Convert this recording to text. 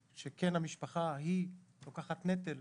שהמשפחה היא כן לוקחת נטל.